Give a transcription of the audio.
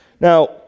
Now